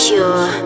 Pure